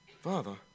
Father